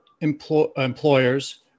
employers